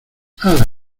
hala